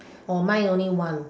oh mine only one